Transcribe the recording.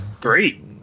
Great